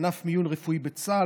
ענף מיון רפואי בצה"ל,